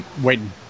waiting